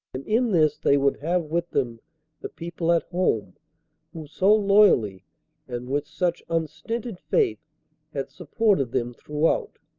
and in this they would have with them the people at home who so loyally and with such unstinted faith had supported them throughout.